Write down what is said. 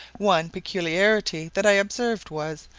one peculiarity that i observed, was,